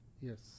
yes